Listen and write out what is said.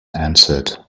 answered